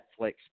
Netflix